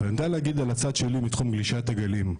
אבל אני יודע להגיד על הצד שלי מתחום גלישת הגלים: